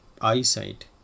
eyesight